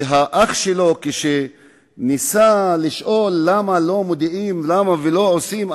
שכשאחיו ניסה לשאול למה לא מודיעים ולמה לא עושים,